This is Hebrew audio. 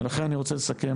ולכן אני רוצה לסכם,